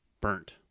burnt